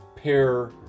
pair